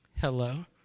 hello